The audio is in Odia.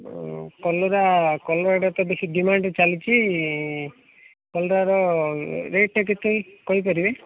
କଲରା କଲରାଟା ବେଶୀ ଡିମାଣ୍ଡରେ ଚାଲିଛି କଲରାର ରେଟ୍ଟା କେତେ କହି ପାରିବେ